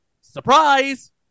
surprise